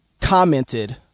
commented